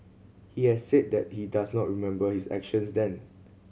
he had said that he does not remember his actions then